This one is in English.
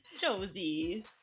Josie